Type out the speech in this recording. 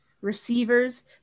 receivers